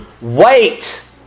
wait